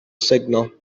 signal